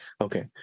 okay